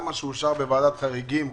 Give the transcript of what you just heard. גם מה שאושר בוועדת החריגים?